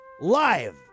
Live